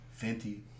Fenty